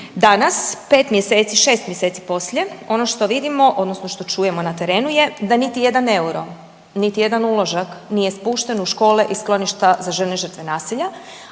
Danas, 5 mjeseci, 6 mjeseci poslije ono što vidimo odnosno što čujemo na terenu je da niti jedan euro, niti jedan uložak nije spušten u škole i skloništa za žene žrtve nasilje,